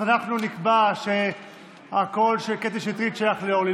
אז אנחנו נקבע שהקול של קטי שטרית שייך לאורלי